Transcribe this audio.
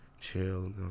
chill